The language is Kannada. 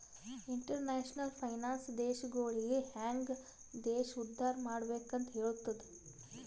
ಇಂಟರ್ನ್ಯಾಷನಲ್ ಫೈನಾನ್ಸ್ ದೇಶಗೊಳಿಗ ಹ್ಯಾಂಗ್ ದೇಶ ಉದ್ದಾರ್ ಮಾಡ್ಬೆಕ್ ಅಂತ್ ಹೆಲ್ತುದ